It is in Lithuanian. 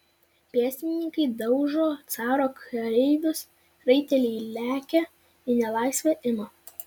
pėstininkai daužo caro kareivius raiteliai lekia į nelaisvę ima